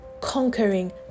conquering